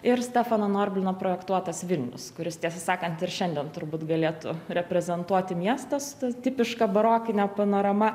ir stefano norblino projektuotas vilnius kuris tiesą sakant ir šiandien turbūt galėtų reprezentuoti miestą su ta tipiška barokine panorama